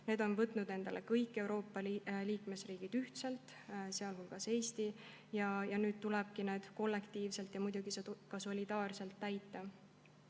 on võtnud endale kõik Euroopa Liidu liikmesriigid ühiselt, sealhulgas Eesti. Nüüd tulebki need kollektiivselt ja muidugi ka solidaarselt täita.